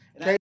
okay